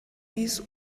биис